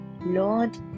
Lord